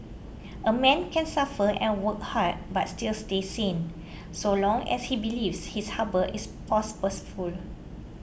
a man can suffer and work hard but still stay sane so long as he believes his harbour is